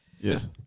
Yes